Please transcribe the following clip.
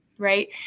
Right